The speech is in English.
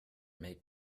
make